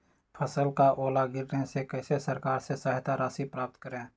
फसल का ओला गिरने से कैसे सरकार से सहायता राशि प्राप्त करें?